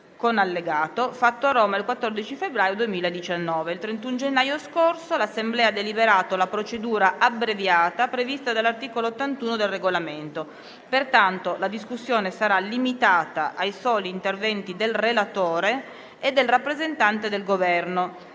del disegno di legge n. 328. Il 31 gennaio scorso l'Assemblea ha deliberato la procedura abbreviata prevista dall'articolo 81 del Regolamento. Pertanto, la discussione sarà limitata ai soli interventi del relatore e del rappresentante del Governo,